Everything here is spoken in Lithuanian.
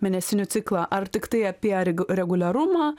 mėnesinių ciklą ar tiktai apie reguliarumą